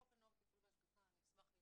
חוק הנוער (טיפול והשגחה), אני אשמח אם